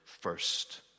first